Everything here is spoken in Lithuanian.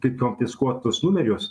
tik konfiskuotus numerius